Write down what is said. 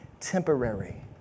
temporary